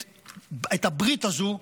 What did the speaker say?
את הברית הזו,